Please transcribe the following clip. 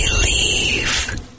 Believe